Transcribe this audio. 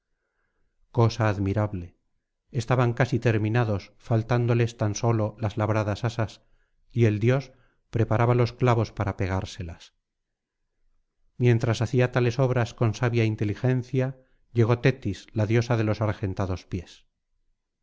cosa admirable estaban casi terminados faltándoles tan sólo las labradas asas y el dios preparaba los clavos para pegárselas mientras hacía tales obras con sabia inteligencia llegó tetis la diosa de los argentados pies